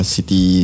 City